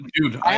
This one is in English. dude